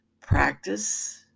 practice